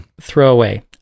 Throwaway